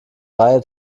reihe